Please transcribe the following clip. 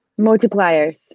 Multipliers